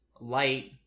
light